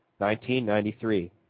1993